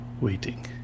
waiting